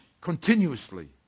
Continuously